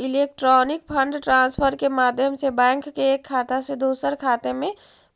electronic fund transfer के माध्यम से बैंक के एक खाता से दूसर खाते में